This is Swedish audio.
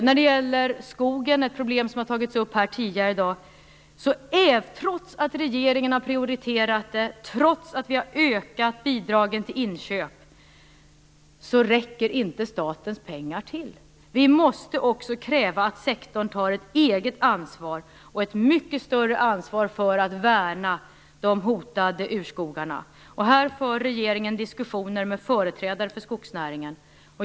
När det gäller skogen, ett problem som har tagits upp här tidigare i dag, är det på det sättet att trots att regeringen har prioriterat detta och trots att vi har ökat bidragen till inköp räcker inte statens pengar till. Vi måste också kräva att sektorn tar ett eget ansvar och ett mycket större ansvar för att värna de hotade urskogarna. I detta sammanhang för regeringen diskussioner med företrädare för skogsnäringen.